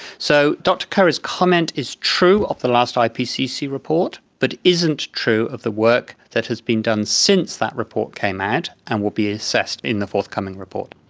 so dr curry's comment is true of the last ah ipcc report, but isn't true of the work that has been done since that report came out and will be assessed in the forthcoming report.